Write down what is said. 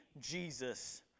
Jesus